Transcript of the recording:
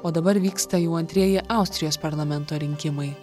o dabar vyksta jau antrieji austrijos parlamento rinkimai